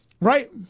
Right